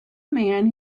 man